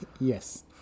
Yes